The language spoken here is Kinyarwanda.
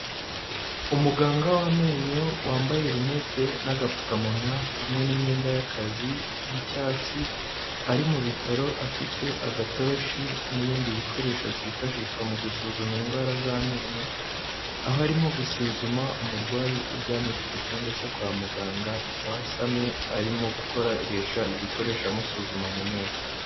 Umuganga w'amenyo wambaye rinete n'agapfukamunwa, hamwe n'imyenda y'akazi y'icyatsi, ari mu bitaro afite agatoroshi n'ibindi bikoresho byifashishwa mu gusuzuma indwara z'amenyo, aho arimo gusuzuma umurwayi uryamye ku gitanda cyo kwa muganga, wasamye arimo gukoresha ibikoresho amusuzuma mu menyo.